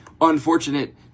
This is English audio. unfortunate